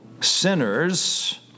sinners